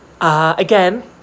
Again